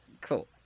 cool